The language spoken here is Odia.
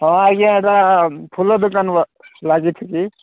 ହଁ ଆଜ୍ଞା ଏଇଟା ଫୁଲ ଦୋକାନ ଲାଗିଛି କି